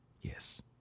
Yes